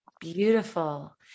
beautiful